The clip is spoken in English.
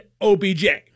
OBJ